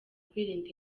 kwirinda